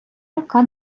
яка